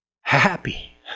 Happy